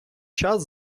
час